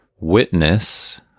witness